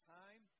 time